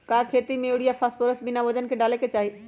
का खेती में यूरिया फास्फोरस बिना वजन के न डाले के चाहि?